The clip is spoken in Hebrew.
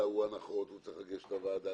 לאדם הנחות ושהוא צריך לגשת להנחה,